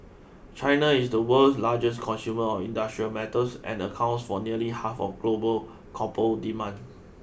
China is the world's largest consumer of industrial metals and accounts for nearly half of global copper demand